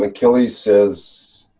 um and kelly says,